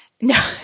No